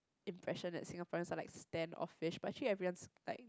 impression that Singaporeans are like standoffish but actually everyone's like